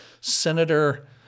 Senator